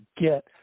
get